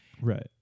Right